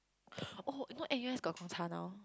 oh you know N_U_S got Gongcha now